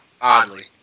oddly